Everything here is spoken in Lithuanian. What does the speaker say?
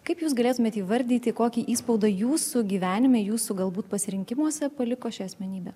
kaip jūs galėtumėt įvardyti kokį įspaudą jūsų gyvenime jūsų galbūt pasirinkimuose paliko ši asmenybė